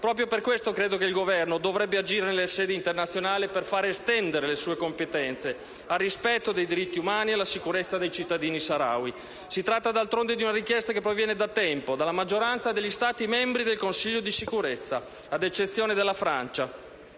Proprio per questo credo che il Governo dovrebbe agire nelle sedi internazionali per far estendere le sue competenze al rispetto dei diritti umani e alla sicurezza dei cittadini saharawi. Si tratta d'altronde di una richiesta che proviene da tempo dalla maggioranza degli Stati membri del Consiglio di sicurezza, ad eccezione della Francia,